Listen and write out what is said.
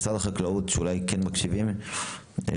החקלאות שאולי כן מקשיבים,